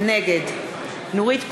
נגד נורית קורן,